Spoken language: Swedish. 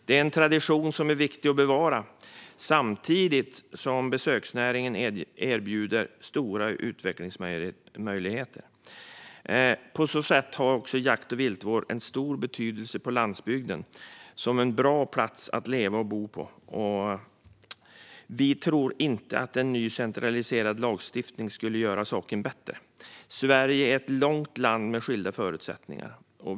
Det är en tradition som är viktig att bevara, samtidigt som besöksnäringen erbjuder stora utvecklingsmöjligheter. På så sätt har också jakt och viltvård stor betydelse för att landsbygden ska vara en bra plats att leva och bo på. Vi tror inte att en ny centraliserad lagstiftning skulle göra saken bättre. Sverige är ett långt land med skilda förutsättningar.